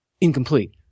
incomplete